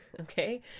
okay